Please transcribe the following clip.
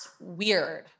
weird